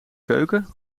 keuken